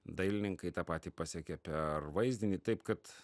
dailininkai tą patį pasiekia per vaizdinį taip kad